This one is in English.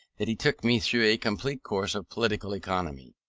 that he took me through a complete course of political economy.